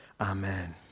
Amen